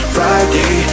Friday